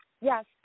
yes